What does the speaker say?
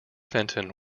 fenton